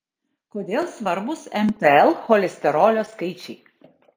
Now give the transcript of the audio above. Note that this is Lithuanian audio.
kodėl svarbūs mtl cholesterolio skaičiai